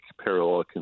parallel